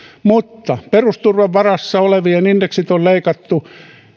mutta perusturvan varassa olevien indeksit on leikattu